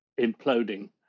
imploding